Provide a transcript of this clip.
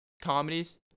Comedies